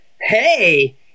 hey